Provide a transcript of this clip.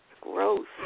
Gross